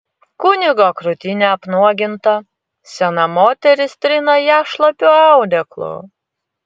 kunigo krūtinė apnuoginta sena moteris trina ją šlapiu audeklu